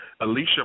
Alicia